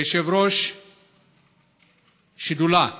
כיושב-ראש השדולה